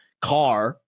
car